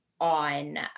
on